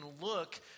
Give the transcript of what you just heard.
look